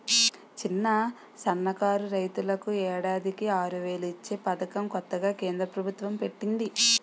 చిన్న, సన్నకారు రైతులకు ఏడాదికి ఆరువేలు ఇచ్చే పదకం కొత్తగా కేంద్ర ప్రబుత్వం పెట్టింది